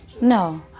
no